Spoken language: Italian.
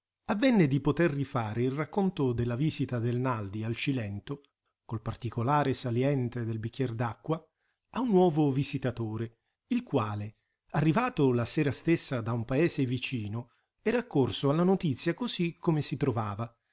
avvenne di poter rifare il racconto della visita del naldi al cilento col particolare saliente del bicchier d'acqua a un nuovo visitatore il quale arrivato la sera stessa da un paese vicino era accorso alla notizia così come si trovava